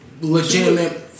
legitimate